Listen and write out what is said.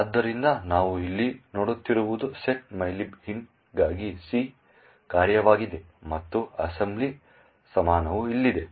ಆದ್ದರಿಂದ ನಾವು ಇಲ್ಲಿ ನೋಡುತ್ತಿರುವುದು set mylib int ಗಾಗಿ ಸಿ ಕಾರ್ಯವಾಗಿದೆ ಮತ್ತು ಅಸೆಂಬ್ಲಿ ಸಮಾನವು ಇಲ್ಲಿದೆ